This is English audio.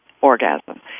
orgasm